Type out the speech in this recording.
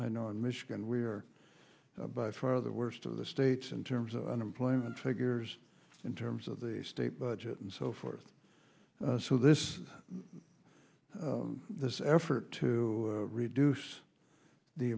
i know in michigan we are by far the worst of the states in terms of unemployment figures in terms of the state budget and so forth so this this effort to reduce the